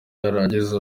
yaragize